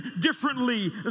Differently